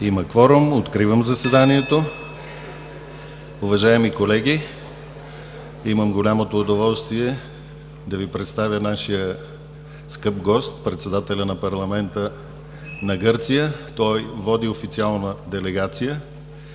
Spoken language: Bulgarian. (Звъни.) Откривам заседанието. Уважаеми колеги, имам голямото удоволствие да Ви представя нашия скъп гост – председателя на парламента на Гърция. Той води официална делегация